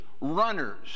runners